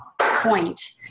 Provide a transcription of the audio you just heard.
point